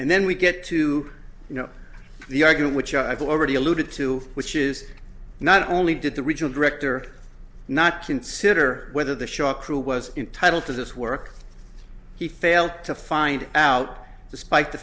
and then we get to you know the argument which i've already alluded to which is not only did the regional director not consider whether the shaw crew was entitled to this work he failed to find out despite the